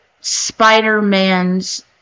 Spider-Man's